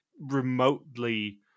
remotely